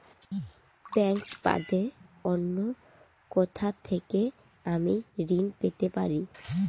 Bank বাদে অন্য কোথা থেকে আমি ঋন পেতে পারি?